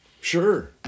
Sure